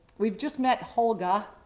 we've just met hulga,